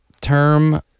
term